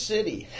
City